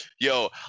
Yo